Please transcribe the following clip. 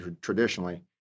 traditionally